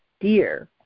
dear